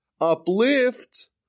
uplift